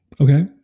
Okay